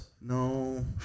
No